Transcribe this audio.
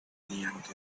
yanked